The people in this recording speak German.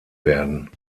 werden